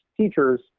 teachers